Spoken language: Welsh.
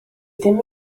ddim